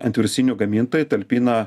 antivirusinių gamintojai talpina